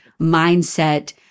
mindset